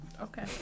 Okay